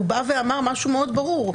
הוא אמר משהו מאוד ברור,